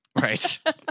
Right